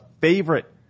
favorite